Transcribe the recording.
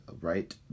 right